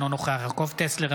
אינו נוכח יעקב טסלר,